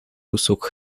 кусок